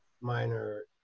minor